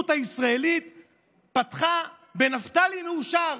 העיתונות הישראלית פתחה ב"נפתלי מאושר".